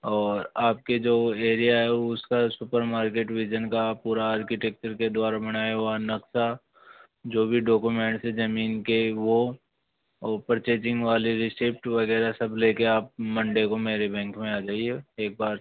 और आपके जो एरिया हैं उसका सुपर मार्केट विज़न का पूरा आर्किटेक्चर के द्वारा बनाया हुआ नक्शा जो भी डॉक्युमेंट्स है जमीन के वो और पर्चेजिंग वाले रिसीप्ट वगैरह सब लेके आप मंडे को मेरी बैंक में आ जाइए एक बार